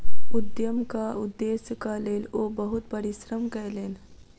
उद्यमक उदेश्यक लेल ओ बहुत परिश्रम कयलैन